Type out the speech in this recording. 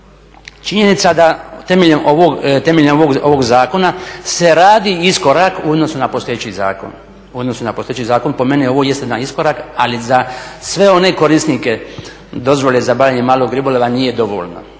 Činjenica da temeljem ovog zakona se radi iskorak u odnosu na postojeći zakon. Po meni ovo jeste jedan iskorak ali za sve one korisnike dozvole za bavljenje malog ribolova nije dovoljno.